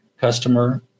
customer